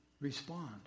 Respond